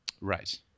Right